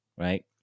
Right